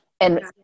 and-